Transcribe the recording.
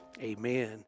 Amen